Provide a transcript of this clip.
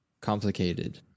complicated